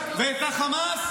ואת החמא,